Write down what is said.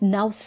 Now